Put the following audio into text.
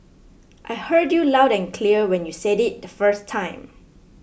I heard you loud and clear when you said it the first time